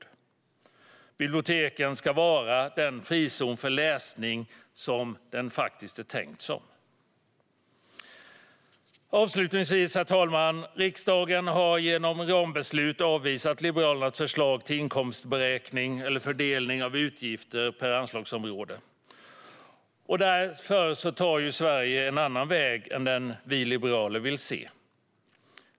Biblioteken ska vara den frizon för läsning de faktiskt är tänkta som. Avslutningsvis, herr talman: Riksdagen har genom rambeslut avvisat Liberalernas förslag till inkomstberäkning eller fördelning av utgifter per anslagsområde. Därmed tar Sverige en annan väg än den vi i Liberalerna vill se.